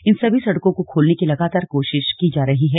इन सभी सड़कों को खोलने की लगातार कोशिश की जा रही है